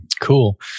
Cool